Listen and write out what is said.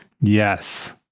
Yes